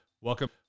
Welcome